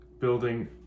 building